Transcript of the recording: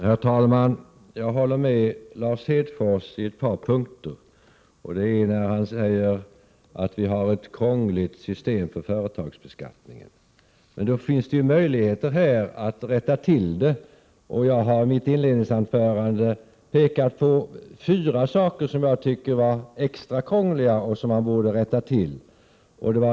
Herr talman! Jag håller med Lars Hedfors på ett par punkter, bl.a. att vi har ett krångligt system för företagsbeskattning. Men det finns ju möjlighet här att rätta till förhållandena. Jag har i mitt inledningsanförande pekat på fyra saker som jag tycker är extra krångliga och som borde rättas till.